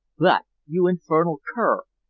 but, you infernal cur,